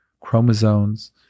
chromosomes